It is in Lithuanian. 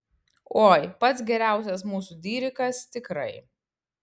oi pats geriausias mūsų dirikas tikrai